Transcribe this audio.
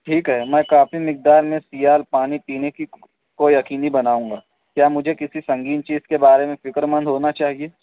ٹھیک ہے میں کافی مقدار میں سیال پانی پینے کو یقینی بناؤں گا کیا مجھے کسی سنگین چیز کے بارے میں فکرمند ہونا چاہیے